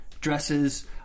dresses